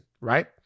right